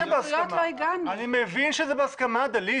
אני מבין שזה בהסכמה, דלית.